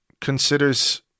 considers